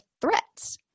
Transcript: threats